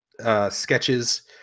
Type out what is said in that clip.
Sketches